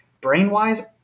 brain-wise